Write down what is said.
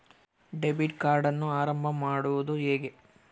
Debit ಕಾರ್ಡನ್ನು ಆರಂಭ ಮಾಡೋದು ಹೇಗೆ?